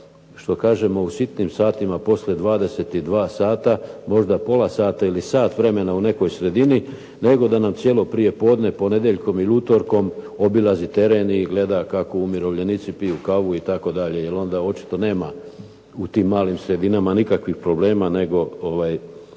što kažemo u sitnim satima poslije 22 sata, možda pola sata ili sat vremena u nekoj sredini, nego da nam cijelo prijepodne ponedjeljkom ili utorkom obilazi teren i gleda kako umirovljenici piju kavi itd. jer onda očito nema u tim malim sredinama nikakvih problema, nego